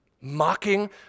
Mocking